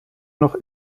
noch